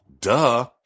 duh